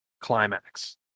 climax